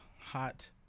hot